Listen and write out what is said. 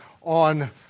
on